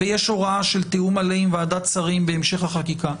ויש הוראה של תיאום מלא עם ועדת שרים בהמשך החקיקה,